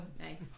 nice